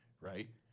right